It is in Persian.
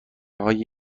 های